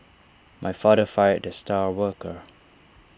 my father fired the star worker